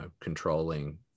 controlling